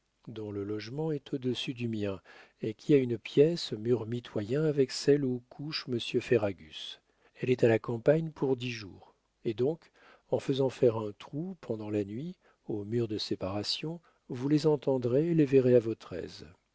dont le logement est au-dessus du mien et qui a une pièce mur mitoyen avec celle où couche monsieur ferragus elle est à la campagne pour dix jours et donc en faisant faire un trou pendant la nuit au mur de séparation vous les entendrez et les verrez à votre aise